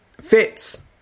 fits